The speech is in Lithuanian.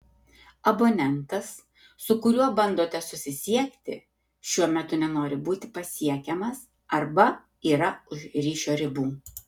abonentas su kuriuo bandote susisiekti šiuo metu nenori būti pasiekiamas arba yra už ryšio ribų